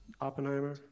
Oppenheimer